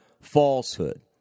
falsehood